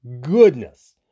Goodness